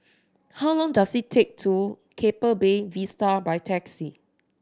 how long does it take to Keppel Bay Vista by taxi